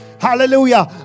Hallelujah